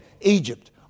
Egypt